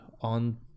on